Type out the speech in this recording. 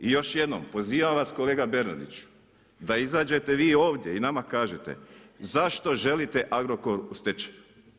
I još jednom, pozivam vas kolega Bernardić, da izađete vi ovdje i nama kažete, zašto želite Agrokor stečaj?